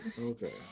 okay